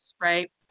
right